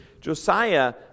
Josiah